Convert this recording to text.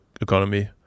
economy